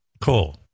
Cool